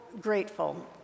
grateful